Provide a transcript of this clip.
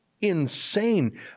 insane